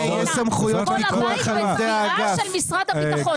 כל הבית בתביעה של משרד הביטחון,